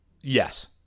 Yes